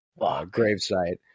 gravesite